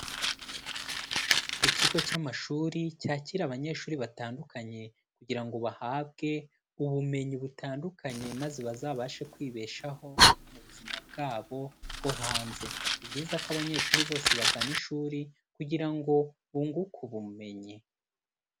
Ikigo cy'amashuri cyakira abanyeshuri batandukanye kugira ngo bahabwe ubumenyi butandukanye maze bazabashe kwibeshaho mu buzima bwabo bwo hanze. Ni byiza ko abanyeshuri bose bagana ishuri kugira ngo bunguke ubumenyi.